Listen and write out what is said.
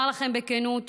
אומר לכם בכנות,